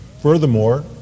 Furthermore